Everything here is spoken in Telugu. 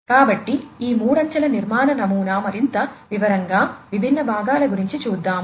కాబట్టి ఈ మూడంచెల నిర్మాణ నమూనా మరింత వివరంగా విభిన్న భాగాల గురించి చూద్దాము